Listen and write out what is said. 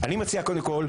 קודם כול,